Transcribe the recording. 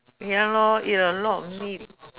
ya lor eat a lot of meat